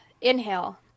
Inhale